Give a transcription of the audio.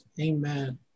Amen